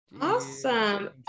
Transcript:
Awesome